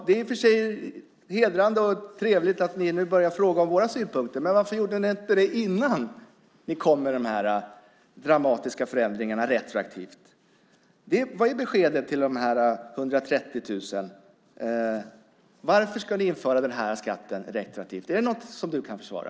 Det är i och för sig hedrande och trevligt att ni nu börjar fråga efter våra synpunkter, men varför gjorde ni inte det innan ni kom med dessa dramatiska och retroaktiva förändringar? Vad är beskedet till dessa 130 000? Varför ska ni införa denna retroaktiva skatt? Är det något du kan försvara?